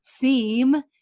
theme